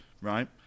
Right